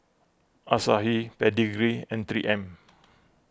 Asahi Pedigree and three M